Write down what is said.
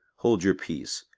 hold your peace,